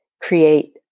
create